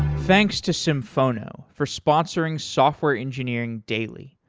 thanks to symphono for sponsoring software engineering daily.